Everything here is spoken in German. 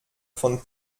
von